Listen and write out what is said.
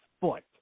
foot